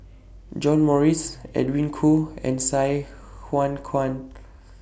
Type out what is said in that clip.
John Morrice Edwin Koo and Sai Huan Kuan